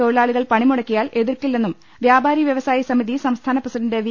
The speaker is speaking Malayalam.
തൊഴിലാളികൾ പണിമു ടക്കിയാൽ എതിർക്കില്ലെന്നും വ്യാപാരി വ്യവസായി സമിതി സംസ്ഥാന പ്രസിഡന്റ് വി